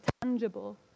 tangible